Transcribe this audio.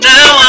Now